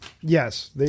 yes